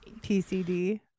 PCD